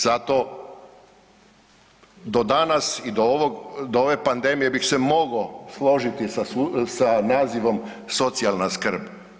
Zato do danas i do ove pandemije bih se mogao složiti sa nazivom socijalna skrb.